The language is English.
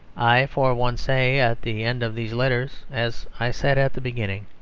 i, for one, say at the end of these letters, as i said at the beginning